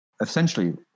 essentially